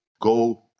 go